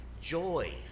joy